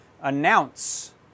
announce